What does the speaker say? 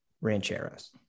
rancheros